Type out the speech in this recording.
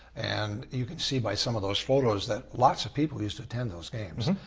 and you can see by some of those photos that lots of people used to attend those games.